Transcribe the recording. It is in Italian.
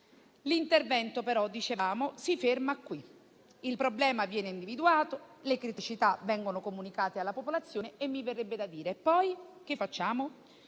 L'intervento però, come dicevamo, si ferma qui. Il problema viene individuato, le criticità vengono comunicate alla popolazione e mi verrebbe da dire: poi cosa facciamo?